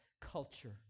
culture